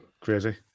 Crazy